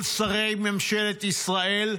כל שרי ממשלת ישראל.